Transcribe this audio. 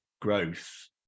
growth